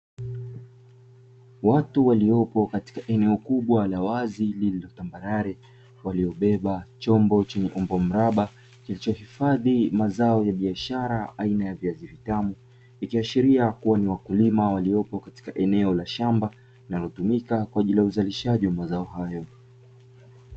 Watu waliopo katika eneo kubwa la wazi lililo tambarare waliobeba chombo chenye umbo mraba kilichohifadhi mazao ya biashara aina ya viazi vitamu, ikiashiria kuwa ni wakulima waliopo katika eneo la shamba linalotumika kwa ajili ya uzalishaji wa mazao hayo.